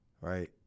right